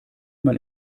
man